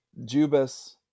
Jubas